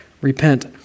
repent